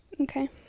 Okay